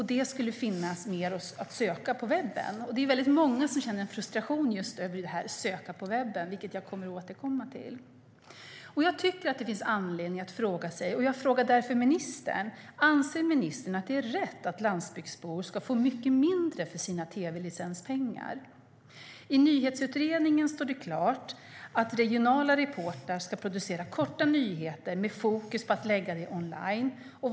Det skulle finnas mer att söka på webben. Det är många som känner en frustration över detta med att söka på webben, vilket jag kommer att återkomma till. Jag tycker att det finns anledning att ställa en fråga till ministern. Anser ministern att det är rätt att landsbygdsbor ska få mycket mindre för sina tv-licenspengar? I nyhetsutredningen står det klart att regionala reportrar ska producera korta nyheter med fokus på att lägga dem online.